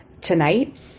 tonight